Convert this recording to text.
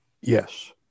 Yes